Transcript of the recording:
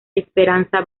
esperanza